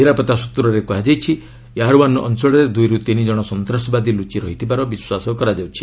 ନିରାପତ୍ତା ସ୍ୱତ୍ରରେ କୁହାଯାଉଛି ୟାରାୱାନ୍ ଅଞ୍ଚଳରେ ଦୁଇରୁ ତିନି ଜଣ ସନ୍ତାସବାଦୀ ଲୁଚି ରହିଥିବାର ବିଶ୍ୱାସ କରାଯାଇଛି